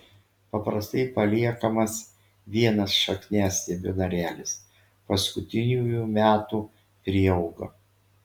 paprastai paliekamas vienas šakniastiebio narelis paskutiniųjų metų prieauga